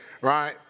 right